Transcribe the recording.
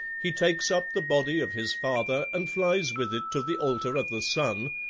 he takes up the body of his father and flies with it to the altar of the sun,